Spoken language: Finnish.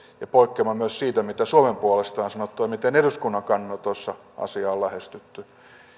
ja poikkeama myös siitä mitä suomen puolesta on sanottu ja miten eduskunnan kannanotoissa asiaa on lähestytty